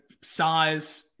size